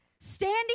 Standing